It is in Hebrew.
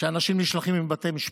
שלשם אנשים נשלחים מבתי משפט,